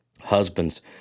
Husbands